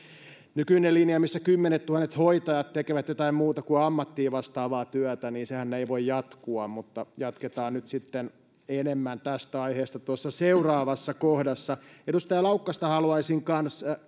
nykyinen linja missä kymmenettuhannet hoitajat tekevät jotain muuta kuin ammattia vastaavaa työtä ei voi jatkua mutta jatketaan nyt sitten enemmän tästä aiheesta tuossa seuraavassa kohdassa edustaja laukkasta haluaisin kanssa